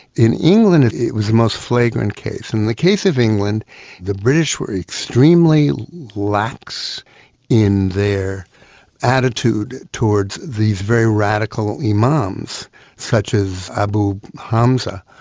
in england it it was a most flagrant case. in the case of england the british were extremely lax in their attitude towards these very radical imams, such as abu hamza,